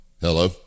Hello